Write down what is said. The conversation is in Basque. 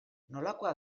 nolakoa